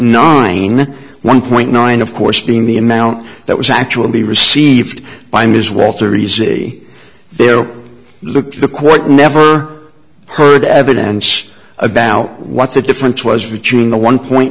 nine one point nine of course being the amount that was actually received by ms welter easy there look the quote never heard evidence about what the difference was between the one point